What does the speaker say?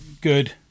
good